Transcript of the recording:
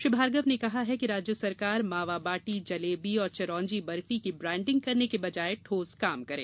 श्री भार्गव ने कहा कि राज्य सरकार मावाबाटी जलेबी और चिरौंजी बर्फी की ब्राण्डिंग करने के बजाय ठोस काम करे